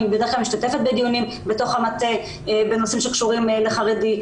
אני בדרך כלל משתתפת בדיונים בתוך המטה בנושאים שקשורים לחרדי,